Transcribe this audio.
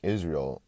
Israel